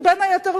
בין היתר,